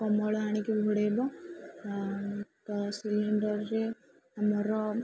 କମଳ ଆଣିକି ଘୋଡ଼େଇବ ତ ସେ ସିଲିଣ୍ଡରରେ ଆମର